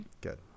Good